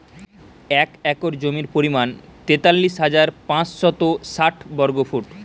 এক একর জমির পরিমাণ তেতাল্লিশ হাজার পাঁচশত ষাট বর্গফুট